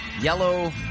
Yellow